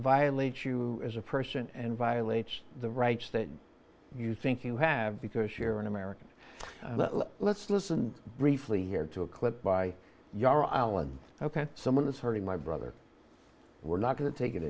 violates you as a person and violates the rights that you think you have because sharon american let's listen briefly here to a clip by your island ok someone is hurting my brother we're not going to take it